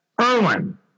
Erwin